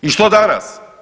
I što danas?